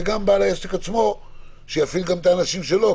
גם בעל העסק עצמו יפעיל את האנשים שלו,